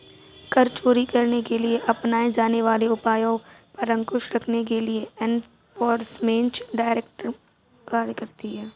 कर चोरी करने के लिए अपनाए जाने वाले उपायों पर अंकुश रखने के लिए एनफोर्समेंट डायरेक्टरेट कार्य करती है